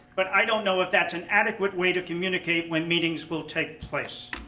but i don't know if that's an adequate way to communicate when meetings will take place.